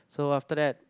so after that